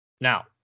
Now